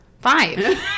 Five